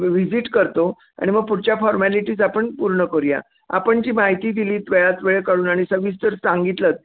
visit करतो आणि मग पुढच्या फॉर्मॅलिटीज आपण पूर्ण करूया आपण जी माहिती दिलीत वेळात वेळ काढून आणि सविस्तर सांगितलंत